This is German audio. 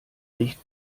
nicht